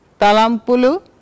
Talampulu